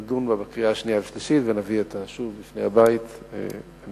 נדון בה ונביא אותה שוב בפני הבית לקריאה השנייה והשלישית.